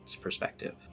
perspective